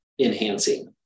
enhancing